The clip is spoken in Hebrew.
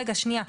רגע, שנייה.